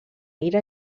ira